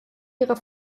ihrer